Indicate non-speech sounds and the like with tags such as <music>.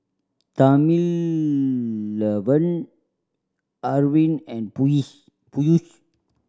Thamizhavel Arvind and <unintelligible> Peyush